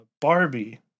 Barbie